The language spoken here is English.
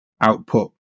output